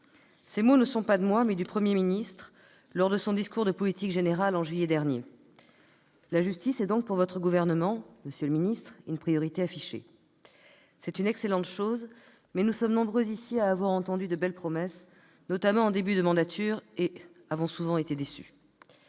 Ces mots ne sont pas de moi, mais du Premier ministre, lors de son discours de politique générale, en juillet dernier. La justice est donc, pour le gouvernement auquel vous appartenez, monsieur le secrétaire d'État, une priorité affichée. C'est une excellente chose. Mais nous sommes nombreux, ici, à avoir entendu de belles promesses, notamment en début de mandature, et à avoir été souvent déçus.